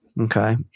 Okay